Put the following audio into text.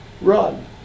run